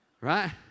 Right